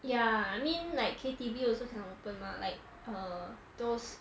yeah I mean like K_T_V also cannot open mah like err those